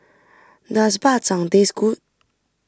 does Bak Chang taste good